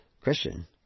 Christian